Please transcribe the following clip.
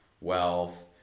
wealth